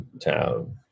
town